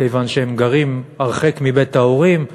כיוון שהם גרים הרחק מבית ההורים,